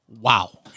Wow